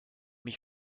mich